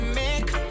make